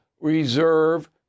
reserve